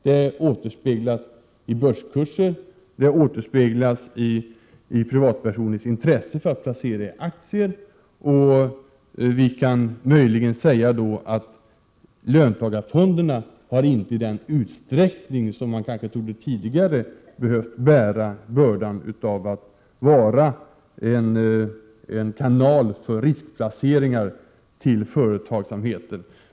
Detta förhållande återspeglas i börskurser lika väl som i privatpersoners intresse för att placera i aktier, och vi kan möjligen säga att löntagarfonderna inte i den utsträckning som man kanske trodde tidigare har behövt bära bördan av att vara en kanal för riskplaceringar till företagsamheten.